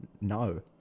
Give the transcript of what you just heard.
no